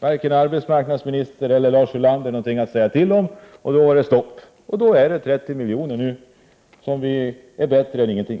Varken arbetsmarknadsministern eller Lars Ulander hade något att säga till om på den punkten. 30 milj.kr. är bättre än ingenting.